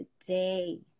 today